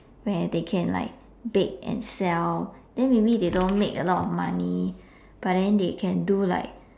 where they can like bake and sell then maybe they don't make a lot of money but then they can do like